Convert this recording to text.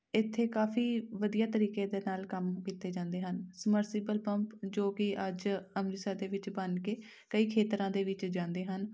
ਇੱਥੇ ਕਾਫੀ ਵਧੀਆ ਤਰੀਕੇ ਦੇ ਨਾਲ ਕੰਮ ਕੀਤੇ ਜਾਂਦੇ ਹਨ ਸਮਰਸੀਬਲ ਪੰਪ ਜੋ ਕਿ ਅੱਜ ਅੰਮ੍ਰਿਤਸਰ ਦੇ ਵਿੱਚ ਬਣ ਕੇ ਕਈ ਖੇਤਰਾਂ ਦੇ ਵਿੱਚ ਜਾਂਦੇ ਹਨ